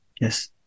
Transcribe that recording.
yes